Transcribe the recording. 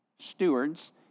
Stewards